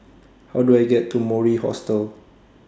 How Do I get to Mori Hostel